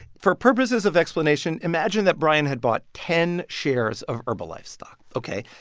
for purposes of explanation, imagine that bryan had bought ten shares of herbalife stock. ok,